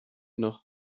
noch